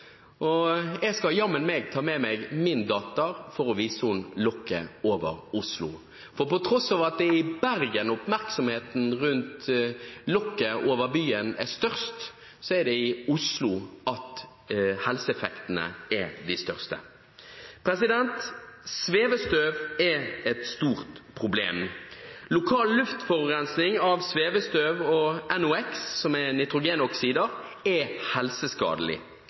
og jeg skal jammen meg ta med meg min datter for å vise henne lokket over Oslo, for på tross av at det er i Bergen oppmerksomheten rundt lokket over byen er størst, er det i Oslo at helseeffektene er de største. Svevestøv er et stort problem. Lokal luftforurensning av svevestøv og NOx, som er nitrogenoksider, er helseskadelig.